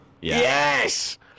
yes